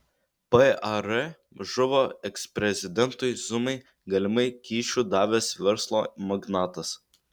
par žuvo eksprezidentui zumai galimai kyšių davęs verslo magnatas